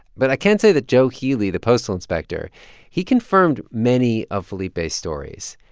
but i can say that joe healy, the postal inspector he confirmed many of felipe's stories.